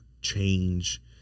change